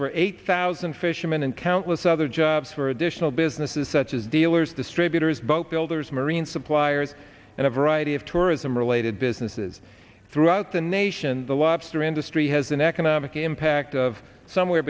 for eight thousand fishermen and countless other jobs for additional businesses such as dealers distributors boat builders marine suppliers and a variety of tourism related businesses throughout the nation the lobster industry has an economic impact of somewhere